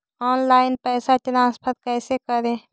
Online पैसा transfer कैसे करे?